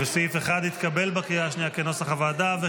סעיף 1, כנוסח הוועדה, התקבל בקריאה השנייה.